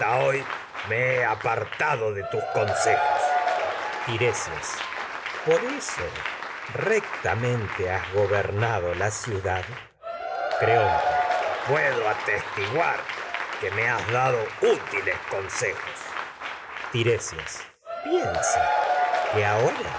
hoy me he apartado de tus consejos tiresias por eso rectamente has gobernado la ciudad creonte puedo atestiguar que me has dado útiles consejos el ponto y el bósforo antígona tiresias piensa que ahora